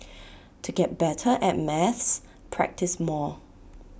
to get better at maths practise more